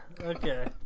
Okay